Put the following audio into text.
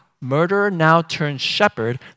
murderer-now-turned-shepherd